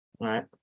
Right